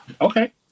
Okay